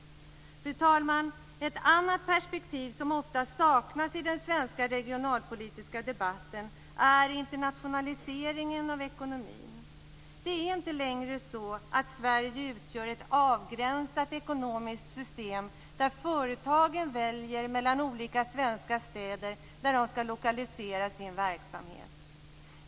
Fru talman! Ett annat perspektiv som ofta saknas i den svenska regionalpolitiska debatten gäller internationaliseringen av ekonomin. Sverige utgör inte längre ett avgränsat ekonomiskt system där företagen väljer mellan olika svenska städer när de skall lokalisera sin verksamhet.